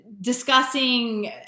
discussing